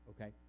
okay